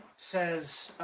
says,